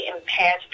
impaired